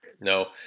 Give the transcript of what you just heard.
No